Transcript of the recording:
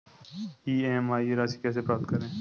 EMI राशि कैसे पता करें?